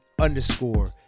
underscore